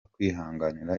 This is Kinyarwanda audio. kwihanganira